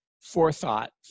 forethought